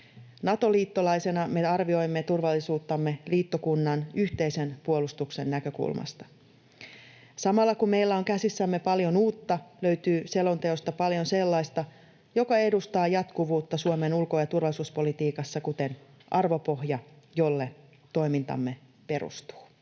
Nato-liittolaisena me arvioimme turvallisuuttamme liittokunnan yhteisen puolustuksen näkökulmasta. Samalla kun meillä on käsissämme paljon uutta, löytyy selonteosta paljon sellaista, mikä edustaa jatkuvuutta Suomen ulko‑ ja turvallisuuspolitiikassa, kuten arvopohja, jolle toimintamme perustuu.